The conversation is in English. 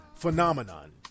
phenomenon